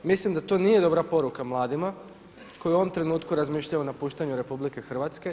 Mislim da to nije dobra poruka mladima koji u ovom trenutku razmišljaju o napuštanju RH.